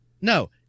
No